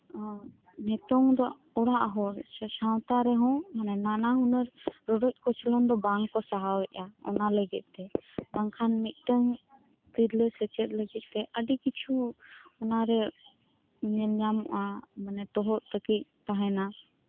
ᱱᱤᱛᱚᱝ ᱫᱚ ᱚᱲᱟᱜ ᱦᱚᱲ ᱥᱮ ᱥᱟᱶᱛᱟᱨᱮᱦᱚᱸ ᱢᱟᱱᱮ ᱱᱟᱱᱟ ᱦᱩᱱᱟᱹᱨ ᱨᱚᱰᱚᱡ ᱠᱚᱪᱞᱚᱱ ᱫᱚ ᱵᱟᱝᱠᱩ ᱥᱟᱦᱟᱣᱮᱫᱟ ᱚᱱᱟ ᱞᱟᱹᱜᱤᱫ ᱛᱮ ᱵᱟᱝᱠᱷᱟᱱ ᱢᱤᱫᱴᱟᱝ ᱛᱤᱨᱞᱟᱹᱥᱮᱪᱮᱫ ᱞᱟᱹᱜᱤᱫ ᱛᱮ ᱟᱹᱰᱤ ᱠᱤᱪᱷᱩ ᱚᱱᱟᱨᱮ ᱧᱮᱞ ᱧᱟᱢᱚᱜ ᱟ ᱢᱟᱱᱮ ᱛᱚᱦᱚᱫ ᱛᱟᱹᱠᱤᱡ ᱛᱟᱦᱮᱱᱟ